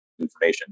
information